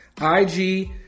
IG